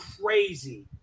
crazy